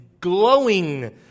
glowing